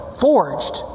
forged